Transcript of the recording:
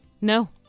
no